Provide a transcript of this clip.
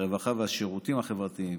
הרווחה והשירותים החברתיים,